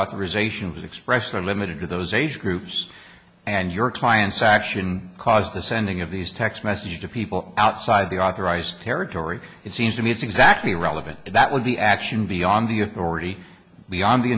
authorization bill expressed are limited to those age groups and your client's action cause the sending of these text messages to people outside the authorized territory it seems to me it's exactly relevant that would be action beyond the authority beyond the